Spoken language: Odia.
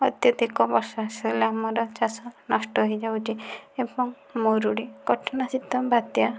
ଅତ୍ୟଧିକ ବର୍ଷା ଆସିଗଲେ ଆମର ଚାଷ ନଷ୍ଟ ହୋଇଯାଉଛି ଏବଂ ମରୁଡ଼ି କଠିନ ଶୀତ ବାତ୍ୟା